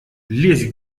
лезь